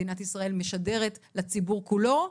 מדינת ישראל משדרת לציבור כולו,